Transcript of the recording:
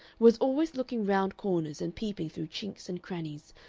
was always looking round corners and peeping through chinks and crannies,